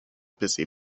busy